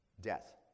Death